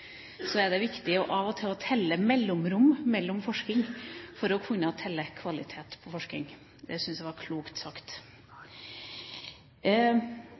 Det er viktig av og til å telle mellomrom mellom forskning for å kunne telle kvalitet på forskning. Det syns jeg var klokt sagt.